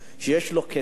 שיש לו כסף,